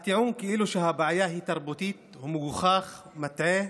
הטיעון כאילו הבעיה היא תרבותית הוא מגוחך ומטעה,